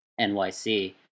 NYC